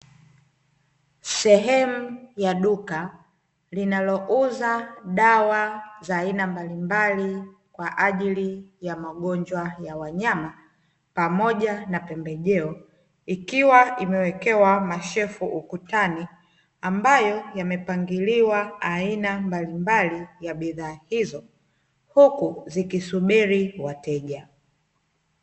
Sehemu ya duka linalo uza dawa za aina mbalimbali kwaajili ya magonjwa ya wanyama pamoja na pembejeo ikiwa imewekewa mashefu ukutani, ambayo yamepangiliwa aina mbalimbali ya bidhaa hizo huku zikisubiri wateja.